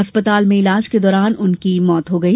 अस्पताल में इलाज के दौरान उनकी मौत हो गई